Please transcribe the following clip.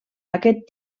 aquest